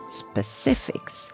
specifics